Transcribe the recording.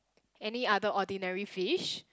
any other ordinary fish